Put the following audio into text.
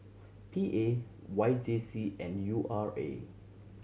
P A Y J C and U R A